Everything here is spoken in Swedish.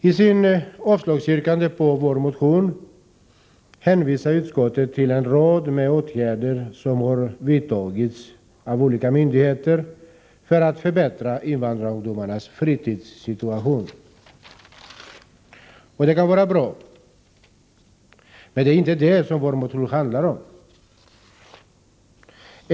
I sitt avslagsyrkande när det gäller vår motion hänvisar utskottet till en rad åtgärder som vidtagits av olika myndigheter för att förbättra invandrarungdomarnas fritidssituation. Det kan vara bra, men det är inte detta vår motion handlar om.